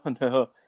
no